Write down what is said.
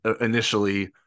initially –